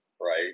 right